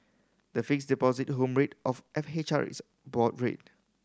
the Fixed Deposit Home Rate of F H R is a board rate